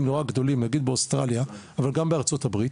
נורא גדולה לדוגמה אוסטרליה וארצות הברית